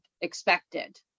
expected